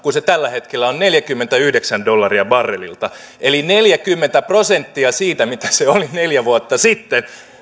kun se tällä hetkellä on neljäkymmentäyhdeksän dollaria barrelilta eli neljäkymmentä prosenttia siitä mitä se oli neljä vuotta sitten